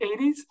80s